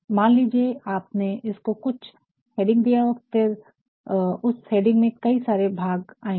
मान लीजिए आपने इसको कुछ हेडिंग दिया और फिर उस हेडिंग में कई सारे भाग आएंगे